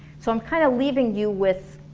so i'm kind of leaving you with